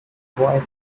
boy